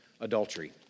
adultery